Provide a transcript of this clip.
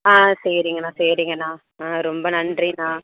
ஆ சரிங்கண்ணா சரிங்கண்ணா ஆ ரொம்ப நன்றி அண்ணா